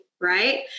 right